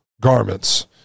garments